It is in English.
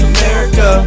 America